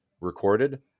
recorded